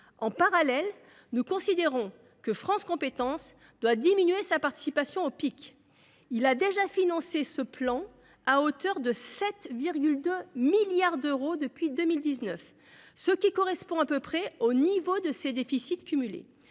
En parallèle, nous considérons que France Compétences doit diminuer sa participation au PIC. L’organisme a déjà financé ce plan à hauteur de 7,2 milliards d’euros depuis 2019, ce qui correspond à peu près au niveau de ses déficits cumulés.